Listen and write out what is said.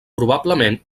probablement